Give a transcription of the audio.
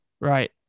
Right